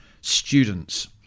students